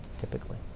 typically